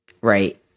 right